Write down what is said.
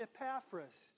Epaphras